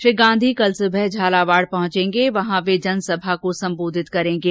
श्री गांधी कल सुबह झालवाड पहुंचेंगे वहां वे जनसभा को संबोधित करेंगे